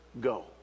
go